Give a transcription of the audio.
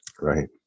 Right